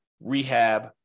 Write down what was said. rehab